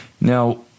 Now